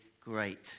great